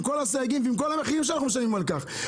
ועם כל הסייגים ועם כל המחיר שאנחנו משלמים על כך.